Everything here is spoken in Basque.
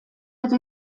eta